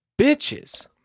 Bitches